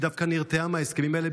היא דווקא נרתעה מההסכמים האלה,